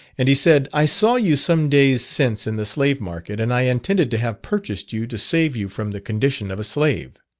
and he said, i saw you some days since in the slave-market, and i intended to have purchased you to save you from the condition of a slave.